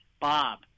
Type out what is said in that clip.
Bob